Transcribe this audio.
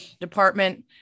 department